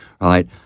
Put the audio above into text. right